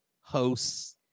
hosts